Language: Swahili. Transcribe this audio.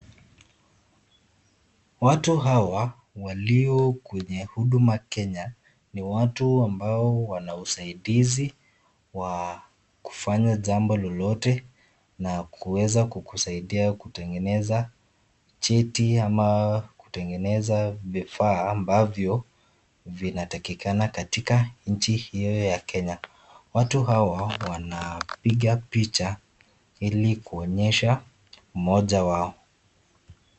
Watu hawa walio kwenye huduma Kenya ni watu ambao wana usaidizi wa kufanya jambo lolote na kuweza kukusaidia kutengeneza cheti ama kutengeneza vifaa ambavyo vinapakikana katika nchi hiyo ya Kenya . Watu hawa wanapiga picha ili kuonyesha mmoja wao.